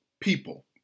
people